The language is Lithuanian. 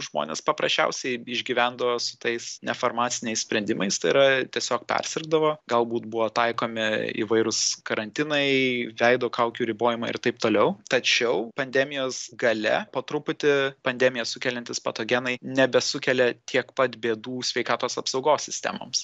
žmonės paprasčiausiai išgyvendavo su tais nefarmaciniais sprendimais tai yra tiesiog persirgdavo galbūt buvo taikomi įvairūs karantinai veido kaukių ribojimai ir taip toliau tačiau pandemijos gale po truputį pandemiją sukeliantys patogenai nebesukelia tiek pat bėdų sveikatos apsaugos sistemoms